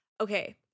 okay